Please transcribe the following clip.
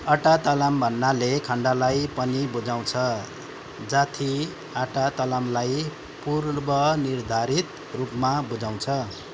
अटा तालाम् भन्नाले खण्डलाई पनि बुझाउँछ जाथी अटा तालम्लाई पूर्वनिर्धारित रूपमा बुझाउँछ